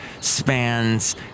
spans